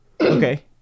okay